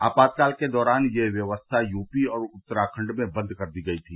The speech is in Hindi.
आपात काल के दौरान यह व्यवस्था यूपी और उत्तराखंड में बंद कर दी गई थी